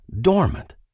dormant